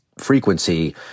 frequency